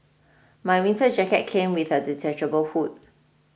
my winter jacket came with a detachable hood